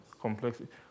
complexity